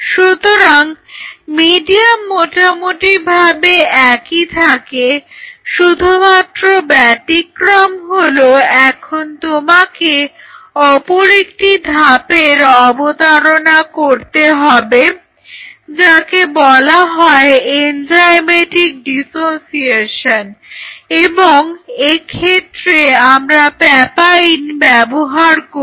সুতরাং মিডিয়াম মোটামুটিভাবে একই থাকে শুধুমাত্র ব্যতিক্রম হলো এখন তোমাকে অপর একটি ধাপের অবতারণা করতে হবে যাকে বলা হয় এনজাইমেটিক ডিসোসিয়েশন এবং এক্ষেত্রে আমরা প্যাপাইন ব্যবহার করি